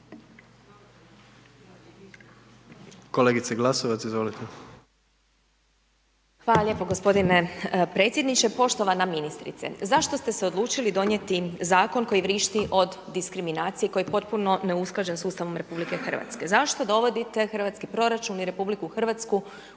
izvolite. **Glasovac, Sabina (SDP)** Hvala lijepo gospodine predsjedniče, poštovana ministrice, zašto ste se odlučili donijeti zakon koji vrišti od diskriminacije koji je potpuno neusklađen s Ustavom RH, zašto dovodite hrvatski proračun i RH u situaciju